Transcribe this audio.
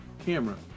camera